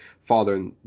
father